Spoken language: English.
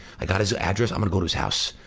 i got his address, i'm gonna go to his house.